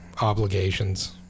obligations